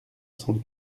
cent